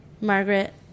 Margaret